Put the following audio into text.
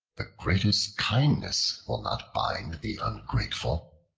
the greatest kindness will not bind the ungrateful.